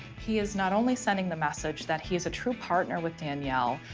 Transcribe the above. he is not only sending the message that he is a true partner with danielle,